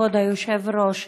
כבוד היושב-ראש.